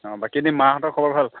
অ' বাকী এনেই মাহঁতৰ খবৰ ভাল